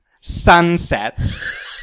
sunsets